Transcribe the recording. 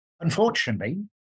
unfortunately